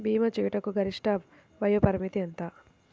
భీమా చేయుటకు గరిష్ట వయోపరిమితి ఎంత?